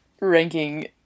ranking